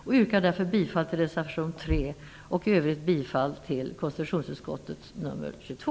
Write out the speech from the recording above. Jag yrkar därför bifall till reservation 3 och i övrigt bifall till hemställan i konstitutionsutskottets betänkande nr 22.